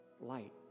light